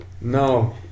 no